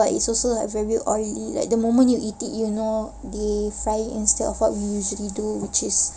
but it's also like very oily the moment you eat it you will know they fry instead of what you usually do which is